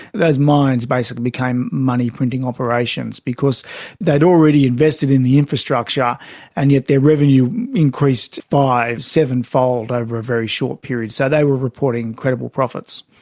those mines basically became money printing operations because they had already invested in the infrastructure and yet their revenue increased by sevenfold over a very short period. so they were reporting incredible profits.